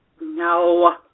No